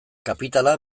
kapitala